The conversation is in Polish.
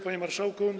Panie Marszałku!